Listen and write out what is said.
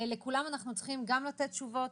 לכולם אנחנו צריכים לתת תשובות,